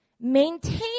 Maintain